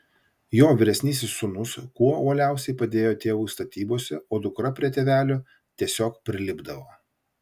jo vyresnis sūnus kuo uoliausiai padėjo tėvui statybose o dukra prie tėvelio tiesiog prilipdavo